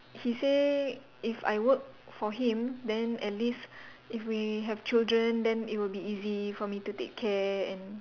he say if I work for him then at least if we have children then it will be easy for me to take care and